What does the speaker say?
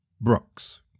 Brooks